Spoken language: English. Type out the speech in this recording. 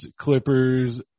Clippers